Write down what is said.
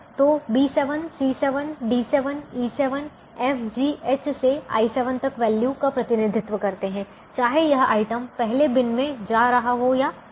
तो B7 C7 D7 E7 F G H से I7 तक वैल्यू का प्रतिनिधित्व करते हैं चाहे यह आइटम पहले बिन में जा रहा हो या नहीं